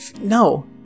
No